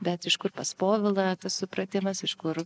bet iš kur pas povilą tas supratimas iš kur